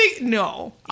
No